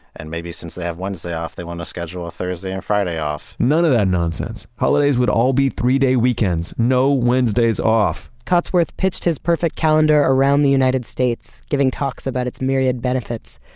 and maybe since they have wednesday off, they want to schedule a thursday and friday off none of that nonsense. holidays would all be three day weekends. no wednesdays off cotsworth pitched his perfect calendar around the united states, giving talks about its myriad benefits,